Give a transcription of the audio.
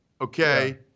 okay